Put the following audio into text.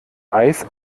eis